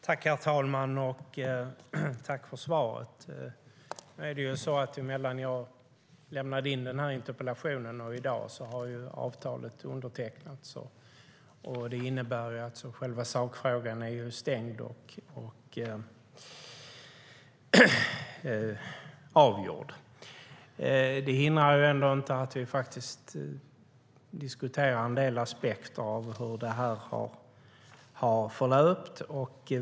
Herr talman! Tack för svaret, justitieministern! Efter att jag lämnade in interpellationen har ju avtalet undertecknats, och det innebär att själva sakfrågan är stängd och avgjord. Det hindrar inte att vi diskuterar en del aspekter av hur det här har förlöpt.